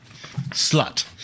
Slut